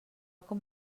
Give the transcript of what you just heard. com